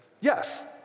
Yes